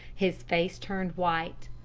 his face turned white.